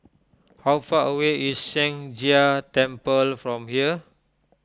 how far away is Sheng Jia Temple from here